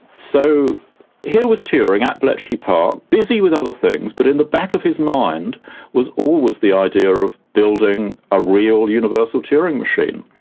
so here was turing at bletchley park, busy with other things, but in the back of his mind was always the idea of building a real universal turing machine.